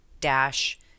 dash